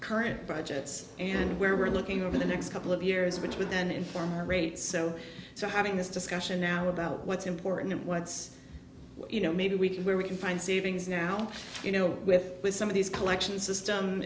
current budgets and where we're looking over the next couple of years which would then inform our rates so so having this discussion now about what's important what's you know maybe we can where we can find savings now you know with some of these collection system